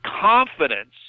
confidence